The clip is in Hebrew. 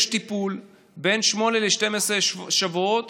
יש טיפול, בין שמונה ל-12 שבועות